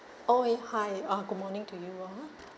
oh yeah hi uh good morning to you